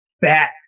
bat